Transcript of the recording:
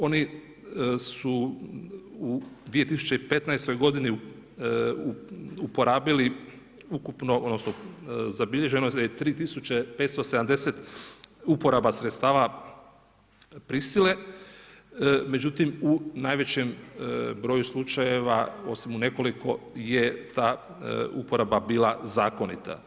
Oni su u 2015. godini uporabili ukupno, odnosno zabilježeno je 3570 uporaba sredstava prisile, međutim, u najvećem broju slučajeva, osim u nekoliko, je ta uporaba bila zakonita.